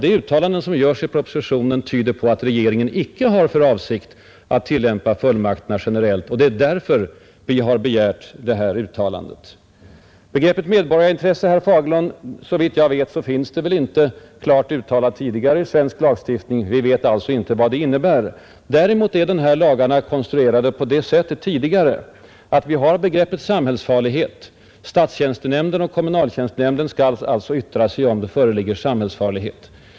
De uttalanden som görs i propositionen tyder på att regeringen icke har för avsikt att tillämpa fullmakterna generel't, och det är därför vi har begärt ett särskilt uttalande av motsatt innebörd. Begreppet ”medborgarintresse”, herr Fagerlund, finns såvitt jag vet inte i svensk lagstiftning. Vi vet alltså inte vad det innebär. Däremot har vi i ifrågavarande lagstiftning begreppet ”samhällsfarlighet”. Statstjänstenämnden och kommunaltjänstenämnden skall alltså bedöma om det föreligger samhällsfarlighet.